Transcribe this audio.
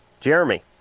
Jeremy